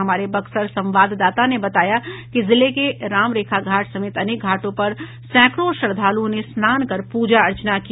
हमारे बक्सर संवाददाता ने बताया कि जिले को राम रेखा घाट समेत अनेक घाटों पर सैकड़ों श्रद्धालुओं ने स्नान कर पूजा अर्चना की